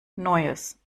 neues